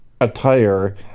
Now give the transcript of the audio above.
attire